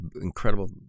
incredible